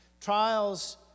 trials